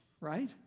right